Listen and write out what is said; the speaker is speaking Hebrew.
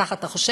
כך אתה חושב,